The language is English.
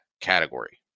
category